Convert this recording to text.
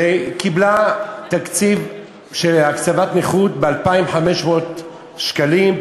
והיא קיבלה קצבת נכות של 2,500 שקלים,